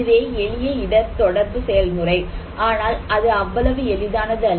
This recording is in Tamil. இதுவே எளிய இடர் தொடர்பு செயல்முறை ஆனால் அது அவ்வளவு எளிதானது அல்ல